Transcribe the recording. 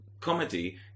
Comedy